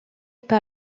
par